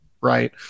right